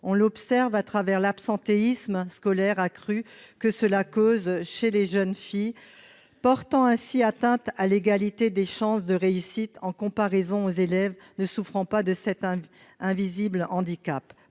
On l'observe au travers de l'absentéisme scolaire accru que cette maladie cause chez les jeunes filles, portant ainsi atteinte à l'égalité des chances de réussite, en comparaison avec les élèves ne souffrant pas de cet invisible handicap.